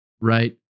right